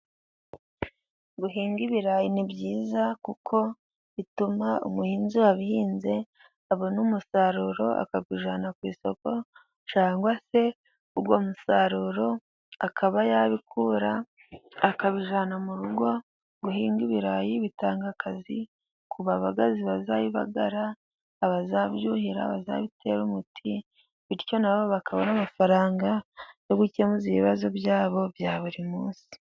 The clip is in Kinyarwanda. Guhinga ibirayi ni byiza kuko bituma umuhinzi wabihinze abona umusaruro, akawujyana ku isoko cyangwa se uwo musaruro akaba yabikura, akabijyana mu rugo. Guhinga ibirayi bitanga akazi ku babagazi bazabibagara, abazabyuhira, abazabitera umuti, bityo nabo bakabona amafaranga yo gukemuza ibibazo byabo bya buri munsi.